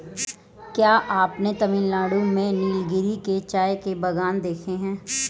क्या आपने तमिलनाडु में नीलगिरी के चाय के बागान देखे हैं?